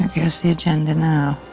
guess the agenda now.